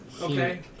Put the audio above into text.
Okay